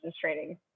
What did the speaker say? training